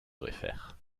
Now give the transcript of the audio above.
réfère